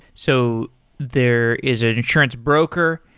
so there is an insurance broker,